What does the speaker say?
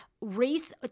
Race